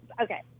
Okay